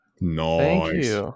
Nice